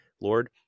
Lord